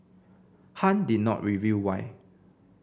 Han did not reveal why